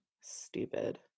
Stupid